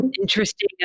Interesting